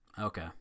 okay